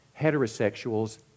heterosexuals